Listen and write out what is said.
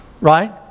Right